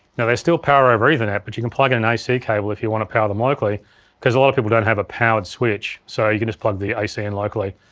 now they still power over ethernet, but you can plug in an ac cable if you want to power them locally cause a lot of people don't have a powered switch, so you can just plug the ac in locally.